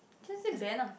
just say Ben ah